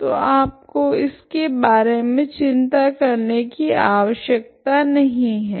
तो आपको इसके बारे मे चिंता करने की आवश्यकता नहीं है